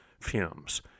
fumes